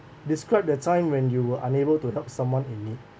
describe that time when you were unable to help someone in need